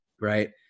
right